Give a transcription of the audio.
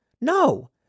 No